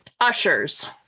Ushers